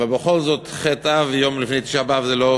אבל בכל זאת, ח' אב, יום לפני תשעה באב, זה לא